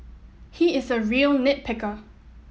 he is a real nit picker